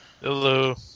Hello